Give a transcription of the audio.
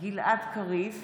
גלעד קריב,